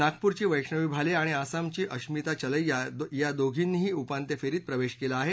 नागपूरची वैष्णवी भाले आणि असमची अश्मिता चलैया या दोर्घींनीही उपांत्य फेरीत प्रवेश केला आहे